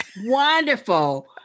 wonderful